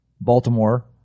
Baltimore